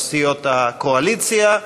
מסיעות הקואליציה,